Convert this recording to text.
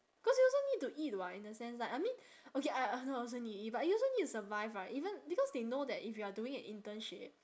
cause you also need to eat [what] in a sense like I mean okay I I know also need to eat but you also need to survive right even because they know that if you are doing an internship